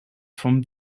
from